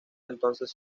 entonces